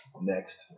next